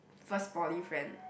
first poly friend